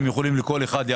אפשר לעלות על כל אחד.